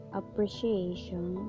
appreciation